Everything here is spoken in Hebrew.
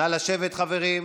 נא לשבת, חברים.